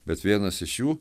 bet vienas iš jų